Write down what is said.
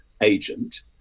agent